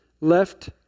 Left